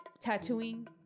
tattooing